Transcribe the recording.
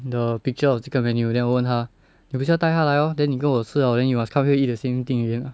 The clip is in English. the picture of 这个 menu then 我问他你不是要带她来 lor then 你跟我吃了 then you must come here eat the same thing again